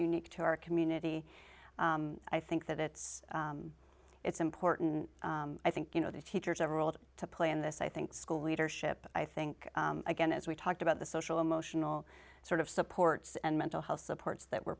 unique to our community i think that it's it's important i think you know the teachers are old to play in this i think school leadership i think again as we talked about the social emotional sort of supports and mental health supports that we're